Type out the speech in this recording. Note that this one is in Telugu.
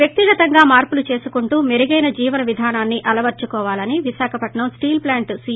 వ్యక్తి గతంగా మార్పులు చేసుకుంటూ మెరుగైన జీవన విధానాన్ని అలవరచుకోవాలని విశాఖ స్టీల్ ప్లాంట్ సీ